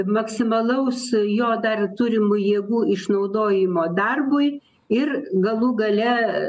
maksimalaus jo dar turimų jėgų išnaudojimo darbui ir galų gale